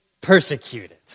persecuted